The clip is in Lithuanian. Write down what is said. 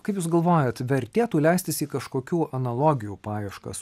kaip jūs galvojat vertėtų leistis į kažkokių analogijų paieškas